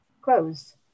close